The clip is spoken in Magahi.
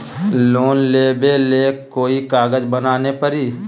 लोन लेबे ले कोई कागज बनाने परी?